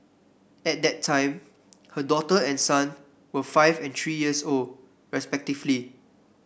at that time her daughter and son were five and three years old respectively